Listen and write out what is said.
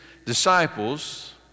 disciples